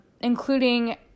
including